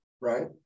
right